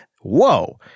Whoa